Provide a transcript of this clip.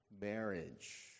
marriage